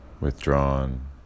withdrawn